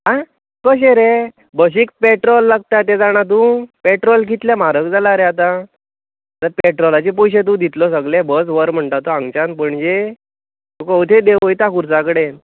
आं कशें रे बशीक पेट्रोल लागता तें जाणा तूं पेट्रोल कितलें म्हारग जालां रे आतां पेट्रोलाचे पयशे तूं दितलो सगलें बस व्हर म्हणटा तो हांगच्यान पणजे तुका हथंय देवयतां खुर्सा कडेन